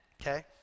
okay